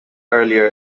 earlier